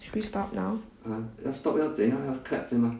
should we stop now